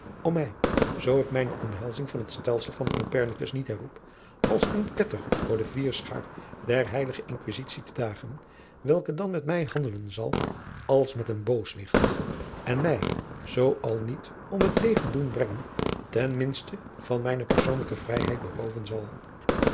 om mij zoo ik mijne omhelzing van het stelsel van copernicus niet herroep als een ketter voor de vierschaar der heilige inquisitie te dagen welke dan met mij handelen zal als met een booswicht en mij zoo al niet om het leven doen brengen ten minste van mijne persoonlijke vrijheid berooven zal